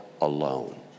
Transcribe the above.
alone